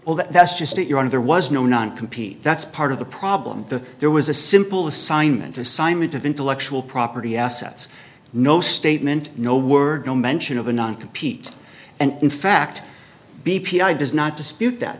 well that's just your and there was no non compete that's part of the problem the there was a simple assignment assignment of intellectual property assets no statement no word no mention of a non compete and in fact b p i does not dispute that